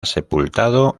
sepultado